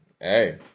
Hey